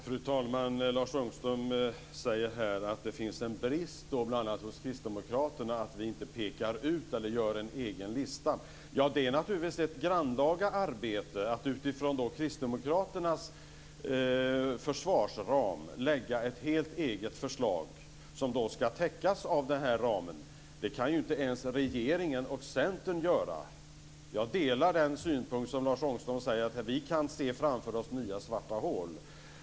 Fru talman! Lars Ångström säger att det är en brist bl.a. hos kristdemokraterna att man inte gör en egen lista. Det är ett grannlaga arbete att utifrån Kristdemokraternas försvarsram lägga fram ett helt eget förslag. Något sådant kan inte ens regeringen och Centern göra. Jag delar Lars Ångströms synpunkt att vi framför oss kan se nya svarta hål.